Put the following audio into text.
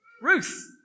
Ruth